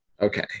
Okay